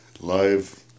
Live